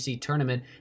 tournament